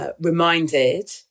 reminded